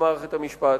במערכת המשפט,